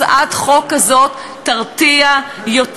הצעת חוק כזאת תרתיע יותר.